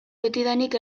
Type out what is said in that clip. betidanik